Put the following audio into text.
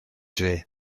dre